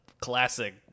classic